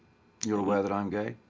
you're aware that i'm gay?